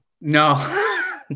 No